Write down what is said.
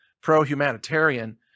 pro-humanitarian